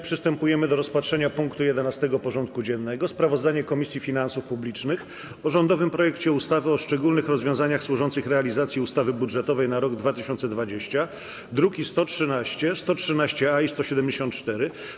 Przystępujemy do rozpatrzenia punktu 11. porządku dziennego: Sprawozdanie Komisji Finansów Publicznych o rządowym projekcie ustawy o szczególnych rozwiązaniach służących realizacji ustawy budżetowej na rok 2020 (druki nr 113, 113-A i 174)